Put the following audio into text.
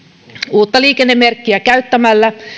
uutta liikennemerkkiä käyttämällä